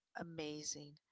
amazing